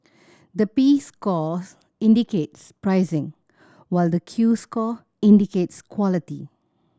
the P scores indicates pricing while the Q score indicates quality